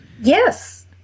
Yes